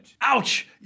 Ouch